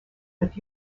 with